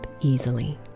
easily